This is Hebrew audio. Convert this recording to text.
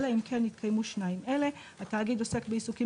אלא אם כן התקיימו שניים אלה: (1) התאגיד עוסק בעיסוקים